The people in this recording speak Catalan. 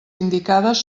indicades